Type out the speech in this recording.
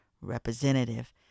representative